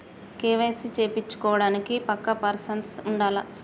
KYC చేపిచ్చుకోవడానికి పక్కా person ఉండాల్నా?